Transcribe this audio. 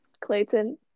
clayton